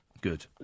Good